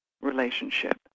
relationship